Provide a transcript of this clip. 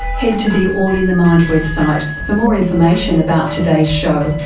head to the all in the mind website for more information about today's show,